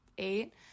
Eight